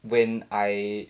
when I